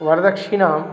वरदक्षिणाम्